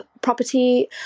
property